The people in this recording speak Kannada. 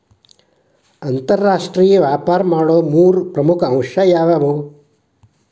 ಅಂತರಾಷ್ಟ್ರೇಯ ವ್ಯಾಪಾರ ಮಾಡೋದ್ ಮೂರ್ ಪ್ರಮುಖ ಅಂಶಗಳು ಯಾವ್ಯಾವು?